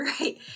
Right